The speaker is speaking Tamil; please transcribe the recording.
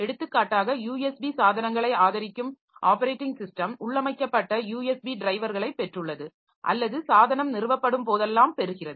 எடுத்துக்காட்டாக யூஎஸ்பி சாதனங்களை ஆதரிக்கும் ஆப்பரேட்டிங் ஸிஸ்டம் உள்ளமைக்கப்பட்ட யூஎஸ்பி டிரைவர்களைப் பெற்றுள்ளது அல்லது சாதனம் நிறுவப்படும் போதெல்லாம் பெறுகிறது